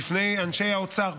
בפני אנשי האוצר.